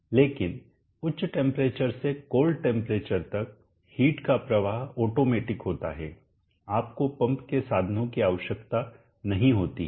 लेकिन उच्च टेंपरेचर से कोल्ड टेंपरेचर तक हिट का प्रवाह ऑटोमेटिक होता है आपको पंप के साधनों की आवश्यकता नहीं होती है